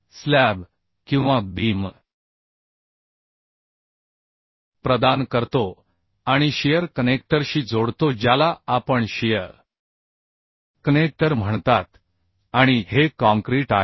slab किंवा beam प्रदान करतो आणि शियर कनेक्टरशी जोडतो ज्याला आपण शियर कनेक्टर म्हणतात आणि हे काँक्रीट आहे